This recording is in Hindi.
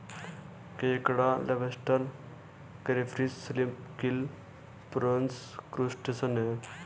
केकड़ा lobster crayfish shrimp krill prawns crustacean है